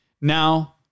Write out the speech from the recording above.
Now